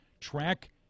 track